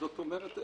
זאת אומרת,